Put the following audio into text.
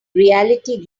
reality